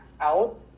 out